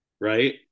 right